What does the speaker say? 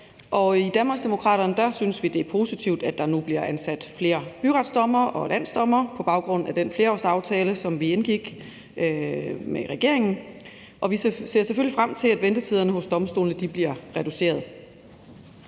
I Danmarksdemokraterne synes vi, det er positivt, at der nu bliver ansat flere byretsdommere og landsdommere på baggrund af den flerårsaftale, som vi indgik med regeringen. Vi ser selvfølgelig frem til, at ventetiderne hos domstolene bliver reduceret.